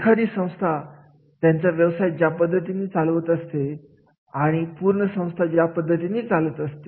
एखादी संस्था त्यांचा व्यवसाय ज्या पद्धतीने चालवत असते आणि पूर्ण संस्था ज्या पद्धतीने चालत असते